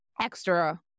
extra